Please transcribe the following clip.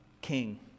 king